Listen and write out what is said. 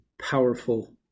powerful